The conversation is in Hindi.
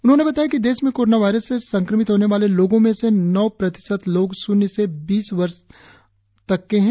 उन्होंने बताया कि देश में कोरोना वायरस से संक्रमित होने वाले लोगों में से नौ प्रतिशत लोग शून्य से बीस वर्ष तक के हैं